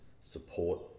support